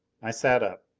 i sat up.